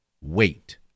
wait